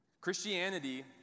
Christianity